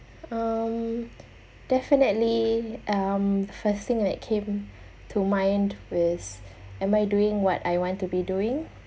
um definitely um first thing that came to mind was am I doing what I want to be doing